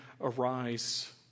arise